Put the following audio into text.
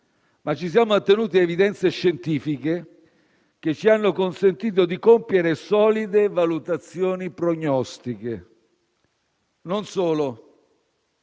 ma ci siamo attenuti a evidenze scientifiche che ci hanno consentito di compiere solide valutazioni prognostiche. Non solo,